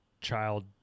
child